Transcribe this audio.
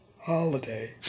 holiday